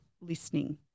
listening